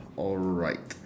alright